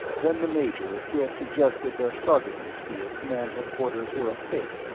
then the major who had suggested the saugerties field command headquarters were a fake,